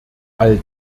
all